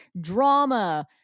drama